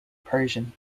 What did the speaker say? persian